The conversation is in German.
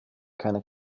keiner